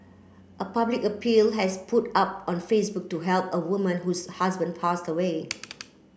a public appeal has put up on Facebook to help a woman whose husband passed away